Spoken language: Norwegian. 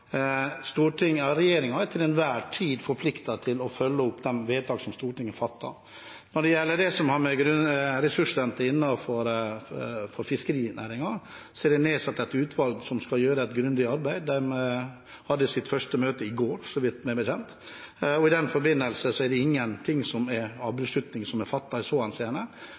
er til enhver tid forpliktet til å følge opp de vedtakene som Stortinget fatter. Når det gjelder ressursrente innenfor fiskerinæringen, er det nedsatt et utvalg som skal gjøre et grundig arbeid – de hadde sitt første møte i går, så vidt meg bekjent – og det er ingen beslutninger som er fattet i så henseende. La oss sørge for at vi får en gjennomgang og ser på hva som ligger der. Så